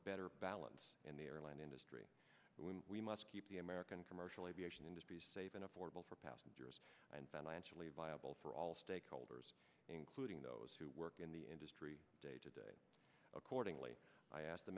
better balance in the airline industry when we must keep the american commercial aviation industry saving affordable for passengers and financially viable for all stakeholders including those who work in the industry day to day accordingly